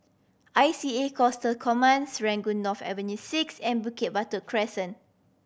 I C A Coastal Command Serangoon North Avenue Six and Bukit Batok Crescent